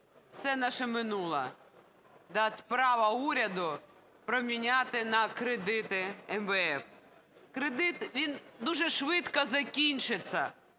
все наше минуле дати право уряду проміняти на кредити МВФ. Кредит - він дуже швидко закінчиться